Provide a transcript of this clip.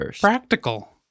practical